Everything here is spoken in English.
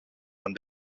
and